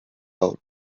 out